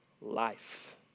life